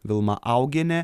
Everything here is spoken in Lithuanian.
vilma augienė